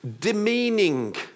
demeaning